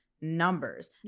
numbers